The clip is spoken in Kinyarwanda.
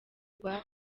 rwa